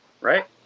right